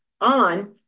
on